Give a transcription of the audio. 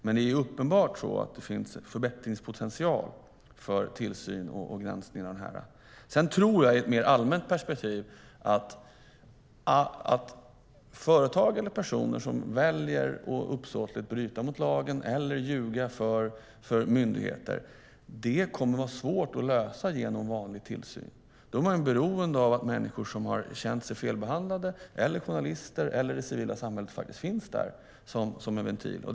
Men det finns uppenbart en förbättringspotential för tillsyn och granskning av detta. I ett mer allmänt perspektiv tror jag att det kommer att vara svårt att genom vanlig tillsyn lösa problem med företag eller personer som väljer att uppsåtligt bryta mot lagen eller ljuga för myndigheter. Då är man beroende av att människor som har känt sig felbehandlade, journalister eller det civila samhället faktiskt finns där som en ventil.